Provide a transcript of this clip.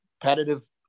competitive